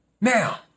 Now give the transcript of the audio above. Now